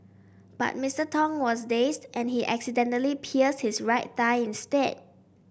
but Mister Tong was dazed and he accidentally pierced his right thigh instead